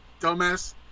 dumbass